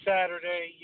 Saturday